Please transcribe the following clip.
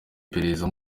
iperereza